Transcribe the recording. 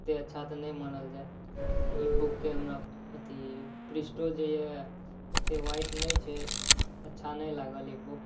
ओतेक अच्छा तऽ नहि मानल जाइ आओर ई बुकके हमरा अथी पृष्ठो जे अइ ओतेक वाइट नहि छै अच्छा नहि लागल ई बुक